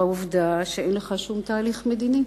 מן העובדה שאין לך שום תהליך מדיני.